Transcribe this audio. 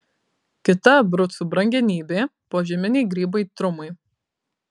kita abrucų brangenybė požeminiai grybai trumai